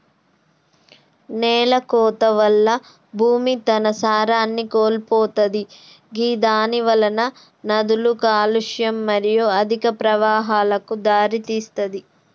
నేలకోత వల్ల భూమి తన సారాన్ని కోల్పోతది గిదానివలన నదుల కాలుష్యం మరియు అధిక ప్రవాహాలకు దారితీస్తది